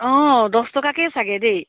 অঁ দছ টকাকেই চাগে দেই